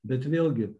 bet vėlgi